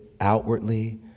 outwardly